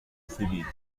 فیبی